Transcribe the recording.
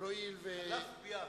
חלף ביעף.